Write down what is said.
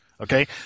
Okay